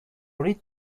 read